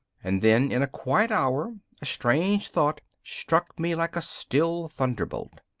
and then in a quiet hour a strange thought struck me like a still thunderbolt.